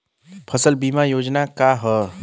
फसल बीमा योजना का ह?